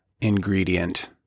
ingredient